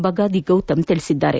ಬಗಾದಿ ಗೌತಮ್ ತಿಳಿಸಿದ್ದಾರೆ